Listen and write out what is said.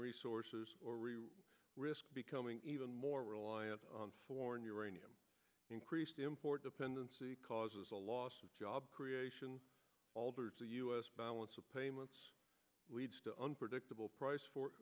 resources or we risk becoming even more reliant on foreign uranium increased import dependency causes a loss of job creation alter to us balance of payments leads to unpredictable price for